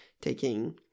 taking